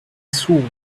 saw